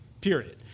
period